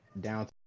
down